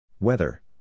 Weather